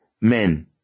men